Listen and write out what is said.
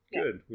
good